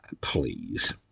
Please